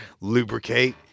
lubricate